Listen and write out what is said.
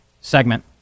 segment